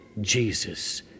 Jesus